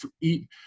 eat